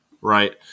Right